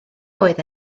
oedd